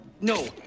No